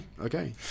okay